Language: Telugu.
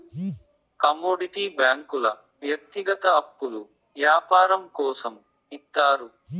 కమోడిటీ బ్యాంకుల వ్యక్తిగత అప్పులు యాపారం కోసం ఇత్తారు